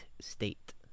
state